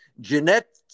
Jeanette